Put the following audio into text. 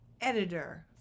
editor